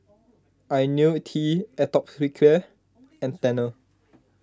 Ionil T Atopiclair and Tena